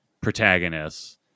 protagonists